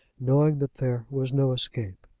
knowing that there was no escape.